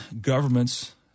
governments